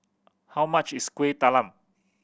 how much is Kuih Talam